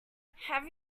have